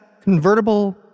convertible